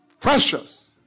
precious